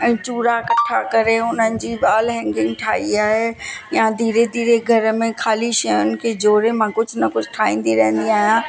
ऐं चूरा कठा करे उन्हनि जी वाल हैंगिंग ठाही आहे या धीरे धीरे घर में खाली शयुनि खे जोड़े मां कुझु न कुझु ठाहींदी रहंदी आहियां